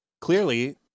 clearly